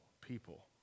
people